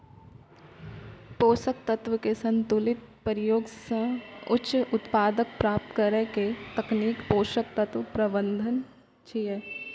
पोषक तत्व के संतुलित प्रयोग सं उच्च उत्पादकता प्राप्त करै के तकनीक पोषक तत्व प्रबंधन छियै